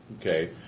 Okay